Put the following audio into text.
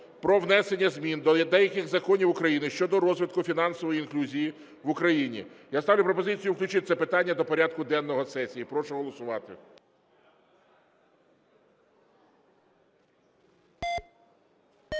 про внесення змін до деяких законів України щодо розвитку фінансової інклюзії в Україні. Я ставлю пропозицію включити це питання до порядку денного сесії. Прошу голосувати.